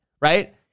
right